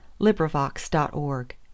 LibriVox.org